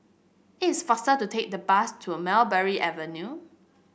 it is faster to take the bus to Mulberry Avenue